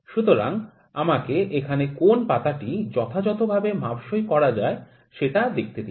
সুতরাং আমাকে এখানে কোন পাতাটি যথাযথভাবে মাপসই করা যায় সেটা দেখতে দিন